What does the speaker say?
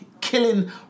killing